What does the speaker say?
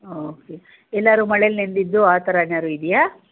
okay ಎಲ್ಲಾದ್ರು ಮಳೇಲಿ ನೆಂದಿದ್ದು ಆ ಥರ ಏನಾದ್ರು ಇದೆಯಾ